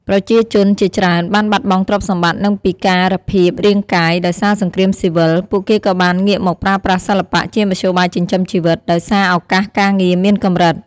ប្រជាជនជាច្រើនបានបាត់បង់ទ្រព្យសម្បត្តិ និងពិការភាពរាងកាយ ដោយសារសង្គ្រាមស៊ីវិល ពួកគេក៏បានងាកមកប្រើប្រាស់សិល្បៈជាមធ្យោបាយចិញ្ចឹមជីវិត ដោយសារឱកាសការងារមានកម្រិត។